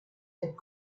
had